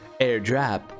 airdrop